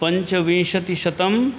पञ्चविंशतिशतम्